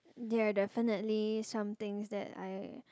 there are definitely somethings that I